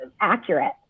accurate